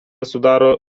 sudaro